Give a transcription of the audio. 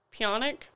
Pionic